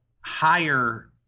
higher